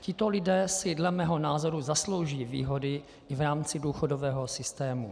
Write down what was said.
Tito lidé si dle mého názoru zaslouží výhody i v rámci důchodového systému.